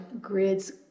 grids